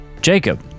jacob